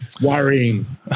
Worrying